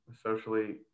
socially